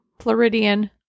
Floridian